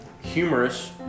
humorous